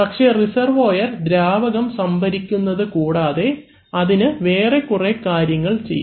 പക്ഷേ റിസർവോയർ ദ്രാവകം സംഭരിക്കുന്നത് കൂടാതെ അത് വേറെ കുറെ കാര്യങ്ങൾ ചെയ്യും